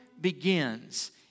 begins